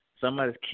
Somebody's